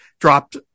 dropped